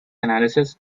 analysis